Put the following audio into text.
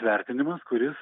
vertinimas kuris